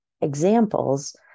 examples